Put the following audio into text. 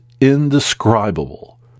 indescribable